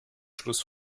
schluss